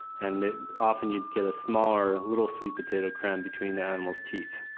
and often you'd get a smaller, little sweet potato crammed between the animal's teeth.